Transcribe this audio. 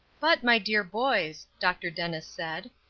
but, my dear boys, dr. dennis said,